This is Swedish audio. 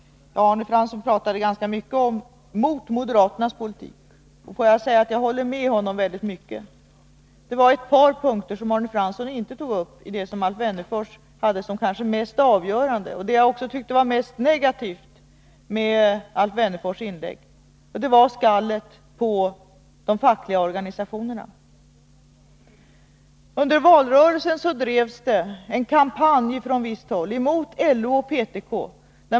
Arne Fransson talade ganska mycket mot moderaternas politik. Får jag säga att jag håller med honom i väldigt mycket. Men det var ett par av de mest avgörande punkterna, och det jag tyckte var mest negativt, i Alf Wennerfors inlägg som Arne Fransson inte tog upp. Jag tänker på skallet på de fackliga organisationerna. Under valrörelsen drevs det en kampanj från visst håll mot LO och PTK.